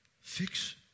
Fix